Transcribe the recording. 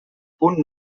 punt